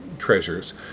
treasures